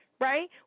right